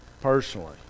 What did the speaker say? personally